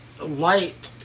light